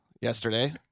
yesterday